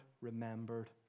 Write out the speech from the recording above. remembered